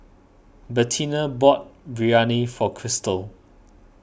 Bettina bought Biryani for Chrystal